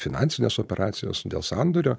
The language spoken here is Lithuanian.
finansinės operacijos dėl sandorio